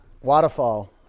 waterfall